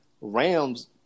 Rams